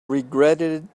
regretted